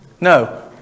No